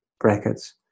brackets